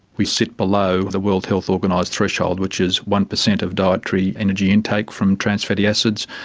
we sit below the world health organised threshold, which is one percent of dietary energy intake from trans fatty acids.